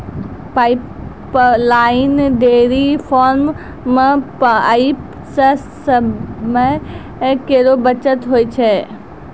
pipeline dairy farm म pipe सें समय केरो बचत होय छै